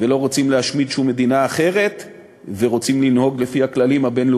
ולא רוצים להשמיד שום מדינה אחרת ורוצים לנהוג לפי הכללים הבין-לאומיים,